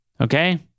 Okay